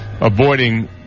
avoiding